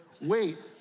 wait